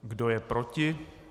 Kdo je proti?